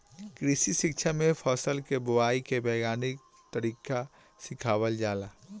कृषि शिक्षा में फसल के बोआई के वैज्ञानिक तरीका सिखावल जाला